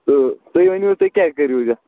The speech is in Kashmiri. تہٕ تُہۍ ؤنِو تُہۍ کیٛاہ کٔرِو اَتٮ۪تھ